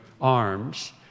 arms